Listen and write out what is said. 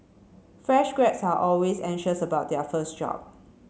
fresh grads are always anxious about their first job